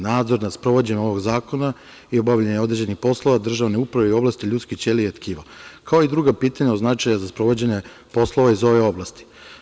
Nadzor nad sprovođenjem ovog zakona i obavljanje određenih poslova, državne uprave i u oblasti ljudske ćelije i tkiva, kao i druga pitanja od značaja za sprovođenje poslova iz ove oblasti.